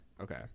okay